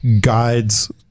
guides